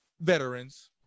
Veterans